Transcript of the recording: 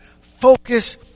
focus